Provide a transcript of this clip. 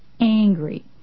angry